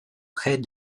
près